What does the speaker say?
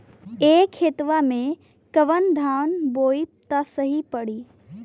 ए खेतवा मे कवन धान बोइब त सही पड़ी?